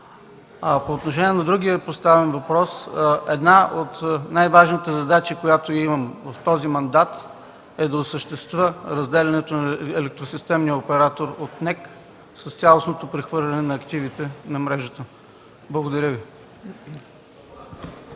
По отношение на другият поставен въпрос, една от най-важните задачи, която ние имаме в този мандат, е да осъществим разделянето на електросистемния оператор от НЕК с цялостното прехвърляне на активите на мрежата. Благодаря Ви.